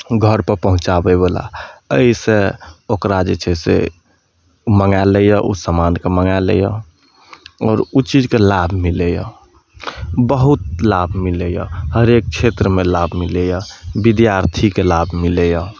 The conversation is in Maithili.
घरपर पहुँचाबैवला एहि सऽ ओकरा जे छै से मङ्गाए लैया समानके मङ्गाए लैया ओ चीजके लाभ मिलैया बहुत लाभ मिलैया हरेक क्षेत्रमे लाभ मिलैया बिद्यार्थीके लाभ मिलैया